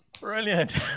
Brilliant